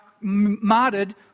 martyred